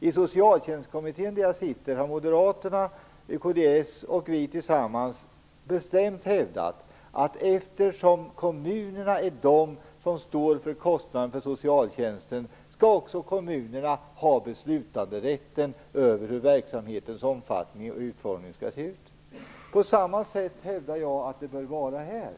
I Socialtjänstkommittén, där jag är ledamot, har moderaterna, kds och vi centerpartister tillsammans bestämt hävdat att eftersom kommunerna är de som står för kostnaderna för socialtjänsten skall också kommunerna ha beslutanderätten över hur verksamhetens omfattning och utformning skall se ut. På samma sätt hävdar jag att det bör vara här.